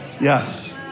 Yes